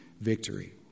victory